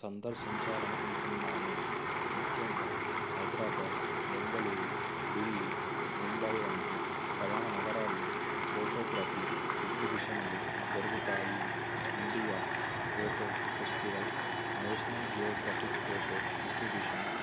సందర్శించాలనుకుంటున్నాను ముఖ్యంగా హైదరాబాద్ బెంగలూరు ఢిల్లీ ముంబై వంటి ప్రధాన నగరాల్లో ఫోటోగ్రఫీ ఎక్సిబిషన్లు జరుగుతాయి India photo festival national geographic photo exhibition